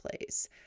plays